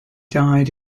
died